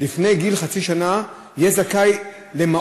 תודה רבה.